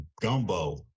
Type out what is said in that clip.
Gumbo